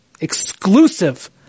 exclusive